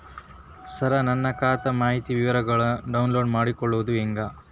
ಸರ ನನ್ನ ಖಾತಾ ಮಾಹಿತಿ ವಿವರಗೊಳ್ನ, ಡೌನ್ಲೋಡ್ ಮಾಡ್ಕೊಳೋದು ಹೆಂಗ?